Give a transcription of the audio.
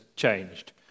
changed